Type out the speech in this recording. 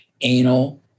anal